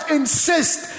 insist